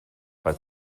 bei